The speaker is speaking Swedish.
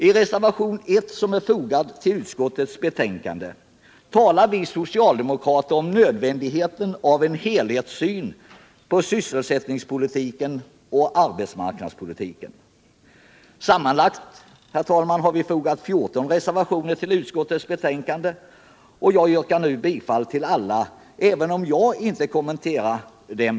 I reservationen 1 vid utskottets betänkande talar vi socialdemokrater om nödvändigheten av en helhetssyn på sysselsättningspolitiken och arbetsmarknadspolitiken. Sammanlagt, herr talman, har vi fogat 14 reservationer vid utskottets betänkande, och jag yrkar nu bifall till alla dessa, även om jag inte kommenterar dem.